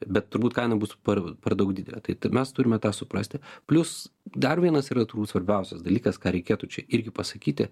bet turbūt kaina bus per per daug didelė tai tai mes turime tą suprasti plius dar vienas yra turbūt svarbiausias dalykas ką reikėtų čia irgi pasakyti